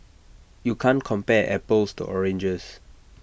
you can't compare apples to oranges